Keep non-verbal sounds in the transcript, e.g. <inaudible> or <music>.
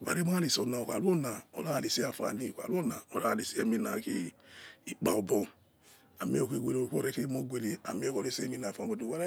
Vare ma itse ukha rula ora itse a phali ukha rula eminakhin ikpa obo <unintelligible> urakha